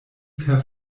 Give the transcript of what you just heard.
per